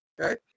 Okay